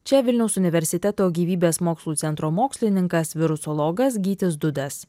čia vilniaus universiteto gyvybės mokslų centro mokslininkas virusologas gytis dudas